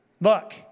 Look